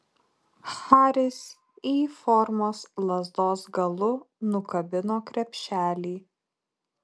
haris y formos lazdos galu nukabino krepšelį